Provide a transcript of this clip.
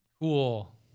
Cool